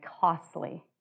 costly